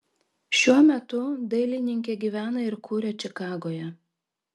šiuo metu dailininkė gyvena ir kuria čikagoje